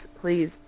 please